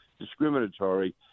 discriminatory